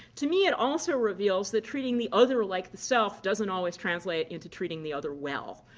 to me, it also reveals that treating the other like the self doesn't always translate into treating the other well.